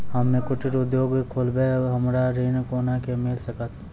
हम्मे कुटीर उद्योग खोलबै हमरा ऋण कोना के मिल सकत?